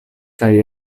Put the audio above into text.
kaj